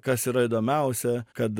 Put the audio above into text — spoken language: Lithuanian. kas yra įdomiausia kad